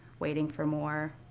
waiting for more,